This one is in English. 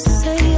say